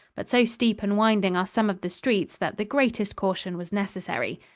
but so steep and winding are some of the streets that the greatest caution was necessary.